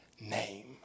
name